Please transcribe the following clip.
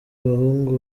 abahungu